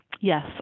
Yes